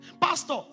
Pastor